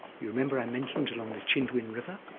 you remember i mentioned along the chindwin river,